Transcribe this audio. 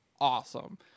awesome